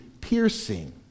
piercing